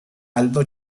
aldo